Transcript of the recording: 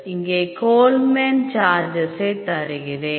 இங்கே கோல்மேன் சார்ஜசை தருகிறேன்